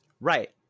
Right